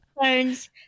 phones